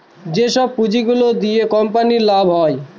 যেসব পুঁজি গুলো দিয়া কোম্পানির লাভ হয়